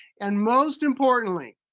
and most importantly,